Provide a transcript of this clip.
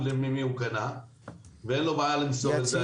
ממי הוא קנה ואין לו בעיה למסור את זה.